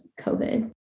COVID